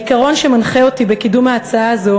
העיקרון שמנחה אותי בקידום ההצעה הזו